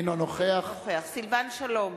אינו נוכח סילבן שלום,